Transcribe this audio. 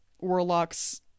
warlocks